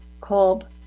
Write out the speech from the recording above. called